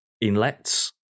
inlets